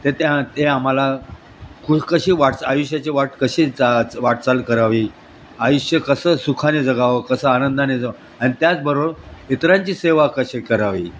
ते त्या ते आम्हाला कु कशी वाट आयुष्याची वाट कशी चा वाटचाल करावी आयुष्य कसं सुखाने जगावं कसं आनंदाने ज आणि त्याचबरोबर इतरांची सेवा कशी करावी